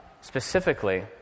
specifically